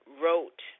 wrote